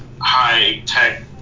high-tech